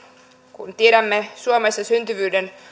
kun tiedämme suomessa syntyvyyden